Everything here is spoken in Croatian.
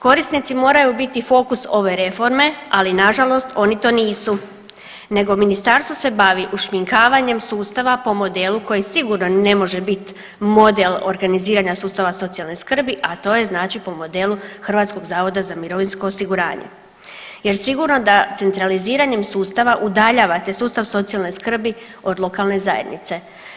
Korisnici moraju biti fokus ove reforme, ali na žalost oni to nisu nego ministarstvo se bavi ušminkavanjem sustava po modelu koji sigurno ne može bit model organiziranja sustava socijalne skrbi, a to je znači po modelu Hrvatskog zavoda za mirovinsko osiguranje jer sigurno da centraliziranjem sustava udaljavate sustav socijalne skrbi od lokalne zajednice.